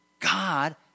God